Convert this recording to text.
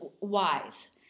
wise